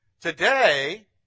today